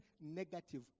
negative